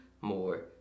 more